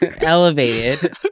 Elevated